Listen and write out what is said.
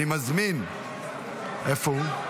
אני מזמין איפה הוא,